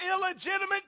illegitimate